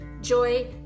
joy